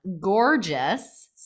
gorgeous